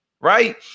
right